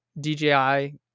DJI